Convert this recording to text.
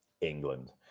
England